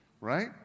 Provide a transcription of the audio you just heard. right